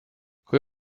kui